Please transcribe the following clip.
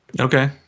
Okay